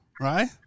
right